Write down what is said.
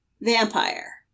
vampire